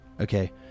Okay